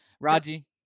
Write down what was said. Raji